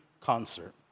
concert